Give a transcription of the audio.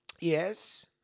Yes